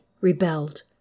rebelled